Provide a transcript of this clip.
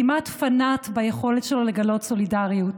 כמעט פנאט ביכולת שלו לגלות סולידריות,